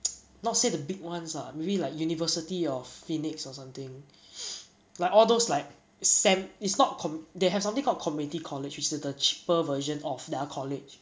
not say the big ones ah maybe like university of phoenix or something like all those like sam~ it's not com~ they have something called community college which is the cheaper version of their college